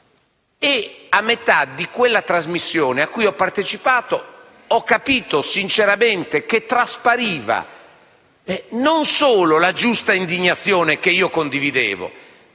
e a metà della trasmissione cui ho partecipato ho capito sinceramente che da essa traspariva non solo la giusta indignazione, che condividevo,